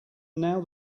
now